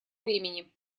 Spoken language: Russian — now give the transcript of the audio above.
времени